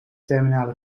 terminale